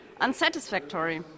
unsatisfactory